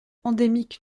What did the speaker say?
endémique